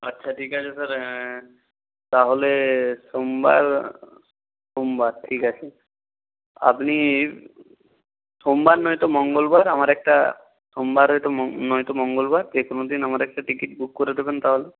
আচ্ছা ঠিক আছে স্যার তাহলে সোমবার সোমবার ঠিক আছে আপনি সোমবার নয়তো মঙ্গলবার আমার একটা সোমবার হয়তো মঙ্গ নয়তো মঙ্গলবার যেকোনও দিন আমার একটা টিকিট বুক করে দেবেন তাহলে